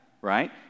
right